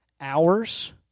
hours